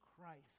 christ